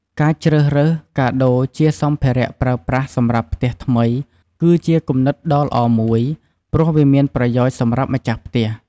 ការជ្រើសរើស កាដូរជាសម្ភារៈប្រើប្រាស់សម្រាប់ផ្ទះថ្មី គឺជាគំនិតដ៏ល្អមួយ ព្រោះវាមានប្រយោជន៍សម្រាប់ម្ចាស់ផ្ទះ។